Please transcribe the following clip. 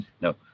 No